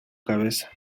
cabeza